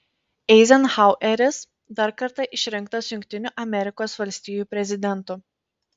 eizenhaueris dar kartą išrinktas jungtinių amerikos valstijų prezidentu